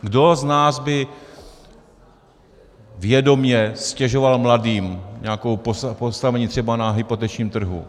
Kdo z nás by vědomě ztěžoval mladým nějaké postavení třeba na hypotečním trhu?